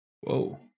Whoa